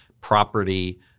property